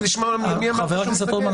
חבר הכנסת רוטמן,